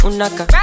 Unaka